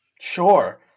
Sure